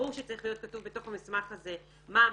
ברור שצריך להיות כתוב בתוך המסמך הזה מה המשמעויות,